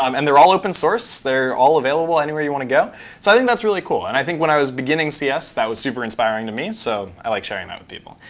um and they're all open source. they're all available anywhere you want to go. so i think that's really cool. and i think when i was beginning cs, that was super inspiring to me, so i like sharing that with people.